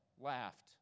laughed